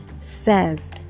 says